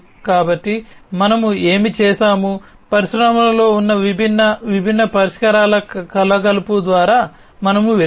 కాబట్టి మనము ఏమి చేసాము పరిశ్రమలలో ఉన్న విభిన్న విభిన్న పరిష్కారాల కలగలుపు ద్వారా మనము వెళ్ళాము